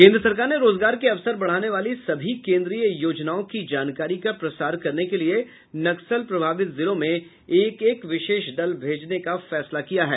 केन्द्र सरकार ने रोजगार के अवसर बढ़ाने वाली सभी केंद्रीय योजनाओं की जानकारी का प्रसार करने के लिए नक्सल प्रभावित जिलों में एक एक विशेष दल भेजने का फैसला किया है